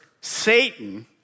Satan